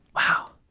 wow.